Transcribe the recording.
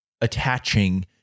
attaching